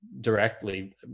directly